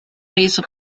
reso